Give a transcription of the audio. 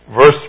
verse